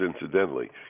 incidentally